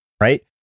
right